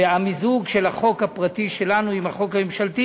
והמיזוג של החוק הפרטי שלנו עם החוק הממשלתי